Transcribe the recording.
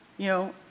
you know,